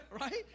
Right